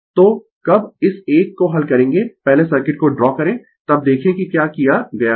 तो कब इस एक को हल करेंगें पहले सर्किट को ड्रा करें तब देखें कि क्या किया गया है